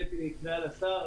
ב', היא נקראה לשר.